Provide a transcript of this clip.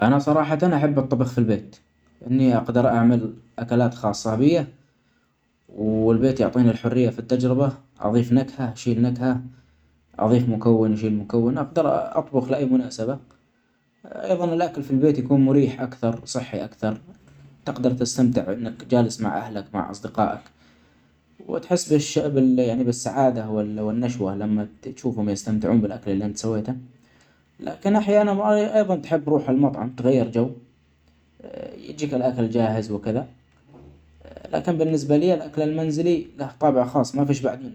أنا صراحة أحب الطبخ في البيت ، إني أجدر أعمل أكلات خاصة بيا و البيت يعطيني الحرية في التجربة ، أظيف نكهه أشيل نكهه ، أظيف مكون أشي مكون أجدر أطبخ لأي مناسبة. أيظا الأكل في البيت يكون مريح أكثر صحي أكثر تقدر تستمتع أنك جالس مع أهلك ، مع أصدقائك وتحس بالش-يعني بالسعادة وال-النشوة لما تشوفهم يستمتعون بالأكل اللي أنت سويتة ،لكن أحيانا تحب روح المطعم تغير جو يجيك الأكل جاهز وكدة .لكن بالنسبة ليا الأكل المنزلي طابع خاص ومافيش بعدية.